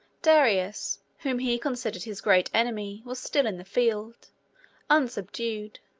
darius, whom he considered his great enemy, was still in the field unsubdued.